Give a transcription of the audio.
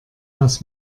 aus